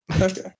Okay